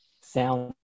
sound